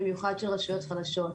במיוחד של רשויות חלשות.